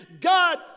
God